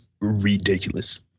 ridiculous